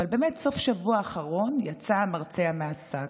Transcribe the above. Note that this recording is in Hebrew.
אבל בסוף השבוע האחרון יצא המרצע מהשק,